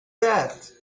that